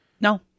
No